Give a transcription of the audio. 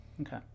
Okay